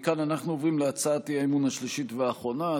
מכאן אנחנו עוברים להצעת האי-אמון השלישית והאחרונה,